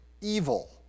evil